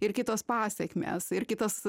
ir kitos pasekmės ir kitas